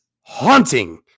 haunting